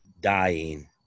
dying